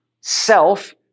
self